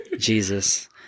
Jesus